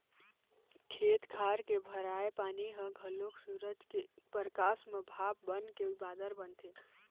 खेत खार के भराए पानी ह घलोक सूरज के परकास म भाप बनके बादर बनथे